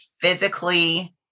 physically